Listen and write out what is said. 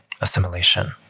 assimilation